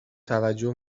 توجه